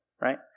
Right